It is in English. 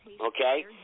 Okay